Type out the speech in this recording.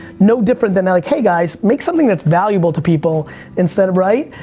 no different than than like, hey guys make something that's valuable to people instead of right?